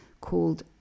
called